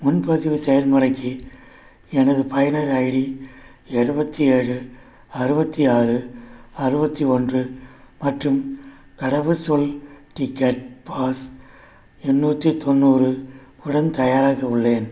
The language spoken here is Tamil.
முன்பதிவு செயல் முறைக்கு எனது பயனர் ஐடி எழுவத்தி ஏழு அறுவத்தி ஆறு அறுவத்தி ஒன்று மற்றும் கடவு சொல் டிக்கெட் பாஸ் எண்ணூற்றி தொண்ணூறு உடன் தயாராக உள்ளேன்